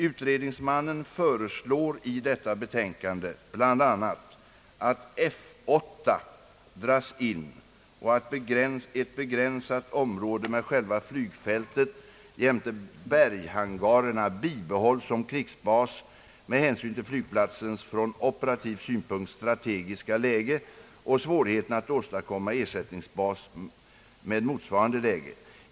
Utredningsmannen föreslår i detta betänkande bl.a. att F8 dras in och att ett begränsat område med själva flygfältet jämte berghangarerna bibehålls som krigsbas med hänsyn till flygplatsens från operativ synpunkt strategiska läge och svårigheten att åstadkomma ersättningsbas med motsvarande läge.